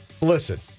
Listen